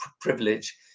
privilege